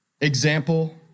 example